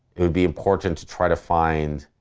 it would be important to try to find